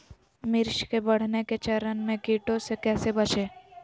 मिर्च के बढ़ने के चरण में कीटों से कैसे बचये?